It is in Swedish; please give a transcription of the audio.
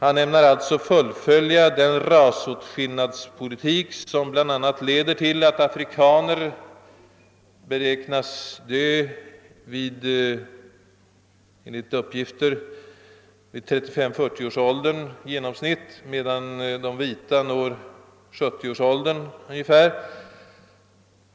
Han ämnar alltså fullfölja den rasåtskillnadspolitik, som bl.a. leder till att afrikaner enligt uppgift, beräknas dö vid genomsnittligt 35—40 års ålder, medan de vita når ungefär 70-årsåldern.